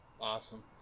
awesome